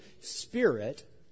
Spirit